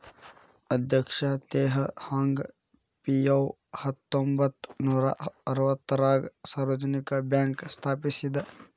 ಅಧ್ಯಕ್ಷ Teh Hong Piow ಹತ್ತೊಂಬತ್ ನೂರಾ ಅರವತ್ತಾರಗ ಸಾರ್ವಜನಿಕ ಬ್ಯಾಂಕ್ ಸ್ಥಾಪಿಸಿದ